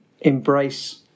embrace